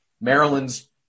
Maryland's